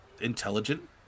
intelligent